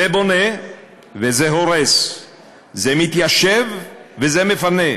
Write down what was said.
זה בונה וזה הורס, זה מתיישב וזה מפנה,